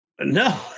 No